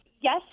yes